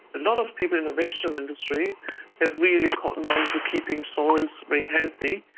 a lot of people in the vegetable industry have really cottoned on to keeping soils but healthy,